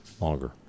longer